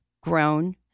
grown